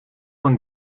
een